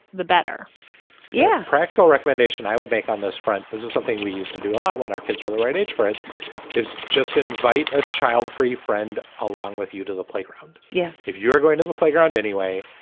the better yeah. practical recommendation i would make on this front. this is something we used to do a lot when our kids were the right age, for it is. just invite a childfree friend along with you to the playground. yeah. if you're going to the playground anyway,